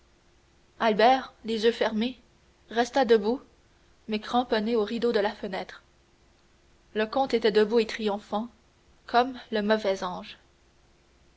albert les yeux fermés resta debout mais cramponné aux rideaux de la fenêtre le comte était debout et triomphant comme le mauvais ange